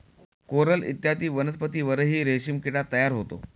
coral इत्यादी वनस्पतींवरही रेशीम किडा तयार होतो